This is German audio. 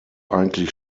eigentlich